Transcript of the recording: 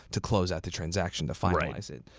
to close out the transaction to finalize it.